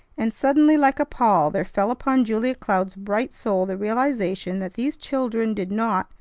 and suddenly like a pall there fell upon julia cloud's bright soul the realization that these children did not,